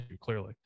clearly